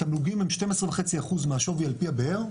התמלוגים הם 12.5% מהשווי על פי הבאר,